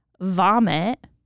vomit